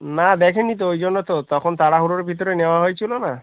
না দেখে নি তো ওই জন্য তো তখন তাড়াহুড়োর ভিতরে নেওয়া হয়েছিলো না